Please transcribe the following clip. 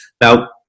Now